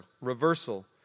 reversal